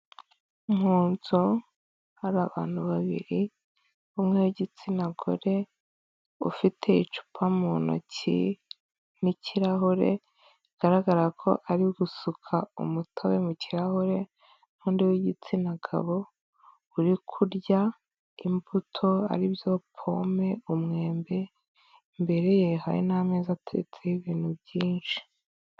Mu nzu hari abantu babiri, umwe w'igitsina gore, ufite icupa mu ntoki n'ikirahure, bigaragara ko ari gusuka umutobe mu kirahure; n'undi w'igitsina gabo, uri kurya imbuto, aribyo pome ,umwembe, imbere ye hari n'ameza, ateretseho ibintu byinshi.